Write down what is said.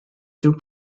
two